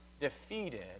defeated